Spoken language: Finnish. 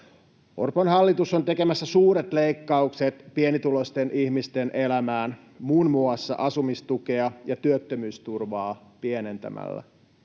Orpon hallitus on tekemässä suuret leikkaukset pienituloisten ihmisten elämään muun muassa asumistukea ja työttömyysturvaa pienentämällä.